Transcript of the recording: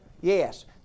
Yes